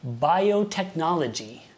Biotechnology